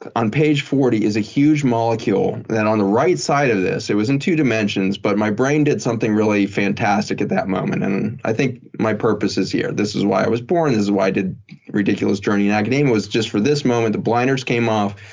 on page forty is a huge molecule that on the right side of this, it was in two dimensions but my brain did something really fantastic at that moment. and i think my purpose is here. this is why i was born. this is why i did ridiculous journey in academia was just for this moment. the blinders came off.